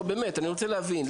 אני רוצה להבין.